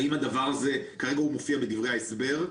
האם הדבר הזה כרגע הוא מופיע בדפי ההסבר,